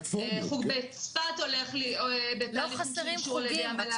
חוג בצפת נמצא בתהליכים של אישור על ידי המל"ג.